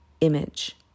image